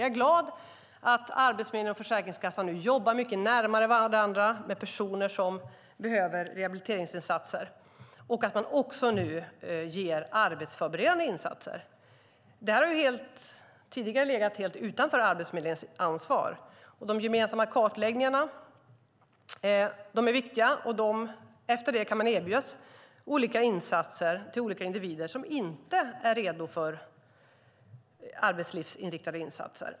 Jag är också glad över att Arbetsförmedlingen och Försäkringskassan nu jobbar mycket närmare varandra med de personer som behöver rehabiliteringsinsatser, och att man nu kan erbjuda också arbetsförberedande insatser. Detta har tidigare legat helt utanför Arbetsförmedlingens ansvar. De gemensamma kartläggningarna är viktiga. Efter en kartläggning kan olika insatser erbjudas till olika individer som inte är redo för arbetslivsinriktade insatser.